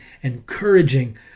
encouraging